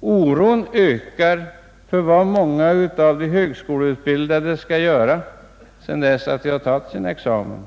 Oron ökar för vad många av de högskoleutbildade skall göra sedan de tagit sin examen.